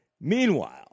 meanwhile